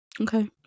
Okay